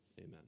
amen